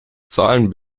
zahlen